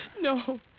No